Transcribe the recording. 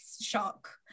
shock